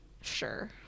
Sure